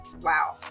wow